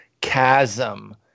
Chasm